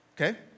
okay